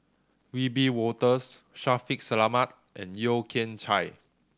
Wiebe Wolters Shaffiq Selamat and Yeo Kian Chai